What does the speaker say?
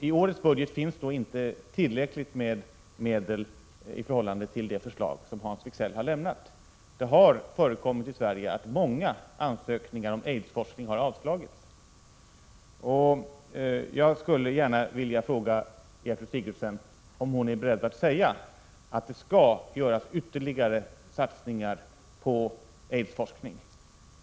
I årets budget finns inte tillräckligt med medel i förhållande till det förslag som Hans Wigzell har lämnat. Det har förekommit i Sverige att många ansökningar om medel till aidsforskning har avslagits. Jag skulle gärna vilja fråga Gertrud Sigurdsen om hon är beredd att säga att ytterligare satsningar skall göras på aidsforskning.